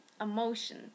emotion